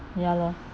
ya lor